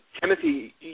Timothy